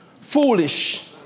foolish